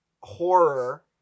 horror